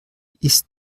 ist